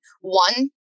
one